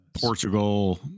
Portugal